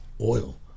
oil